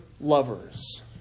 lovers